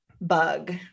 bug